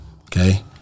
okay